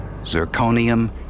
zirconium